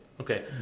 okay